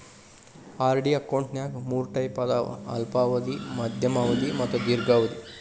RD ಅಕೌಂಟ್ನ್ಯಾಗ ಮೂರ್ type ಅದಾವ ಅಲ್ಪಾವಧಿ ಮಾಧ್ಯಮ ಅವಧಿ ಮತ್ತ ದೇರ್ಘಾವಧಿ